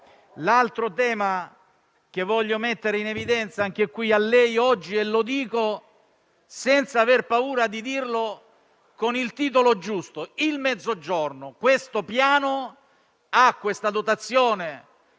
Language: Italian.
altro tema che voglio mettere in evidenza anche qui, oggi, e lo dico senza aver paura di farlo con il titolo giusto: il Mezzogiorno. Il Piano ha una dotazione